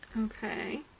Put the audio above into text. Okay